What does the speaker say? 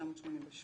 התשמ"ח 1988,